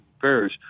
Parish